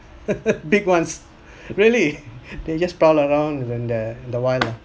big ones really they're just sprawl around in the the wild lah